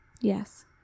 Yes